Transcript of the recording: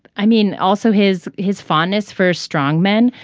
i mean also his his fondness for strong men.